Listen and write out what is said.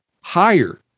higher